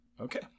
Okay